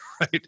right